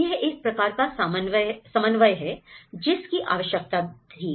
तो यह एक प्रकार का समन्वय है जिसकी आवश्यकता थी